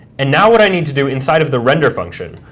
and now what i need to do inside of the render function,